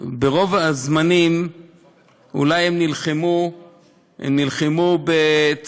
ברוב הזמנים אולי הן נלחמו בצבאות,